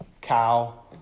cow